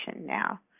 now